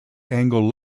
angle